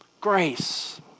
grace